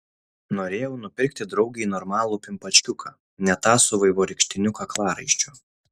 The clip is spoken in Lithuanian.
norėjau nupirkti draugei normalų pimpačkiuką ne tą su vaivorykštiniu kaklaraiščiu